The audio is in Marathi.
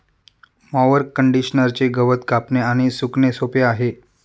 मॉवर कंडिशनरचे गवत कापणे आणि सुकणे सोपे आहे